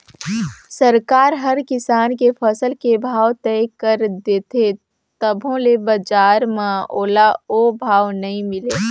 सरकार हर किसान के फसल के भाव तय कर देथे तभो ले बजार म ओला ओ भाव नइ मिले